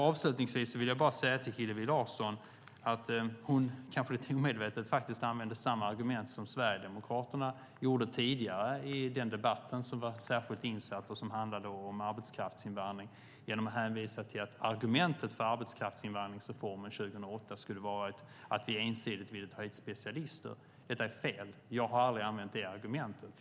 Avslutningsvis vill jag bara säga till Hillevi Larsson att hon, kanske lite omedvetet, faktiskt använde samma argument som Sverigedemokraterna gjorde tidigare i den särskilt insatta debatten, som handlade om arbetskraftsinvandring, genom att hänvisa till att argumentet för arbetskraftsinvandringsreformen 2008 skulle vara att vi ensidigt ville ta hit specialister. Detta är fel. Jag har aldrig använt det argumentet.